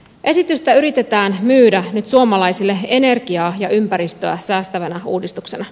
esitystä yritetään myydä nyt suomalaisille energiaa ja ympäristöä säästävänä uudistuksena